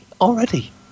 Already